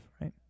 right